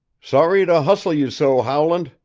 sorry to hustle you so, howland,